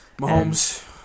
Mahomes